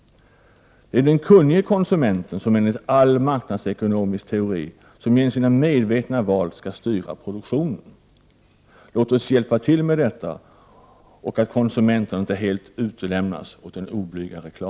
Enligt all marknadsekonomisk teori är det ju den kunnige konsumenten som genom sina medvetna val skall styra produktionen. Låt oss hjälpa till med detta, och låt inte konsumenterna helt utlämnas åt oblyg reklam!